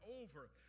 over